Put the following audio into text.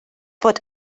fod